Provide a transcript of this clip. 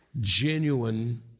Genuine